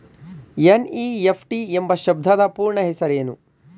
NEFT ಎಂಬ ಶಬ್ದದ ಪೂರ್ಣ ಹೆಸರೇನು?